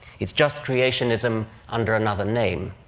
it's just creationism under another name,